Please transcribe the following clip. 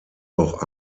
auch